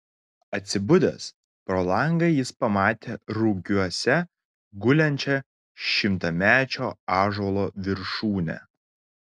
atsibudęs pro langą jis pamatė rugiuose gulinčią šimtamečio ąžuolo viršūnę